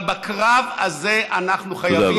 אבל בקרב הזה אנחנו חייבים,